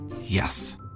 Yes